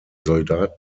soldat